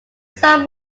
some